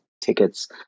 tickets